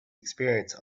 experience